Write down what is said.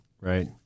Right